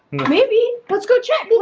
maybe? let's go check